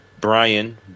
Brian